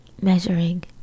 measuring